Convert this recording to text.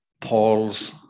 Paul's